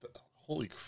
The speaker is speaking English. Holy